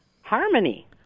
Harmony